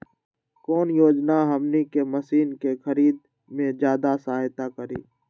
कौन योजना हमनी के मशीन के खरीद में ज्यादा सहायता करी?